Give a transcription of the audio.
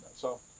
so